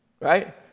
Right